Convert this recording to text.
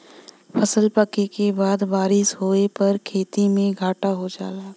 फसल पके के बाद बारिस होए पर खेती में घाटा हो जाला